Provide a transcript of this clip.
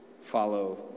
Follow